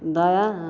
दायाँ